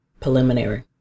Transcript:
preliminary